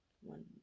One